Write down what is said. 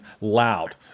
loud